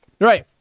Right